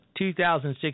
2006